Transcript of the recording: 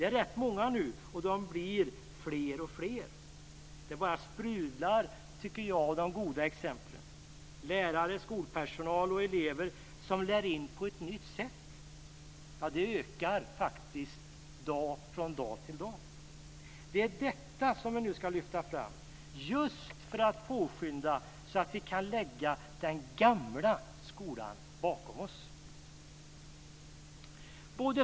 De är nu rätt många, och de blir alltfler. Det bara sprudlar av de goda exemplen. Lärare, skolpersonal och elever som lär in på ett nytt sätt ökar faktiskt från dag till dag. Det är detta som vi nu ska lyfta fram för att påskynda så att vi kan lägga den gamla skolan bakom oss.